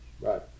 Right